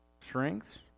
Strengths